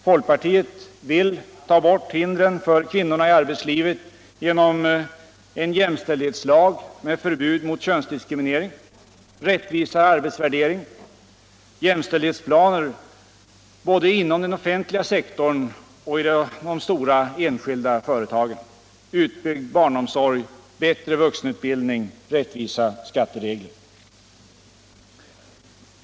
Folkpartiet vill ta bort hindren för kvinnorna i arbetslivet genom en jämställdhetslag med förbud mot könsdiskriminering, rättvisare arbetsvärdering, jämställdhetsplaner både inom den of Allmänpolitisk debatt fentliga sektorn och i de stora enskilda företagen, utbyggd barnomsorg, bättre vuxenutbildning och rättvisa skatteregler.